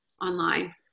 online